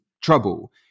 trouble